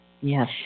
yes